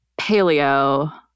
paleo